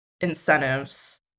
incentives